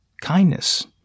kindness